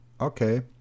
Okay